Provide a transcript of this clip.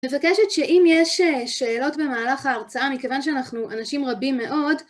מבקשת שאם יש שאלות במהלך ההרצאה, מכיוון שאנחנו אנשים רבים מאוד,